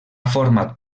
format